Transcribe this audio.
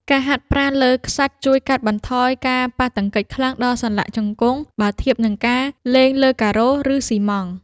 ការហាត់ប្រាណលើខ្សាច់ជួយកាត់បន្ថយការប៉ះទង្គិចខ្លាំងដល់សន្លាក់ជង្គង់ បើធៀបនឹងការលេងលើការ៉ូ ឬស៊ីម៉ង់ត៍។